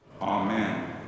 Amen